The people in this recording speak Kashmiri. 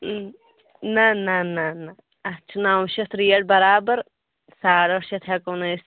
نَہ نَہ نَہ نَہ اَتھ چھِ نَو شٮ۪تھ ریٹ بَرابَر ساڑ ٲٹھ شٮ۪تھ ہیٚکٕو نہٕ أسۍ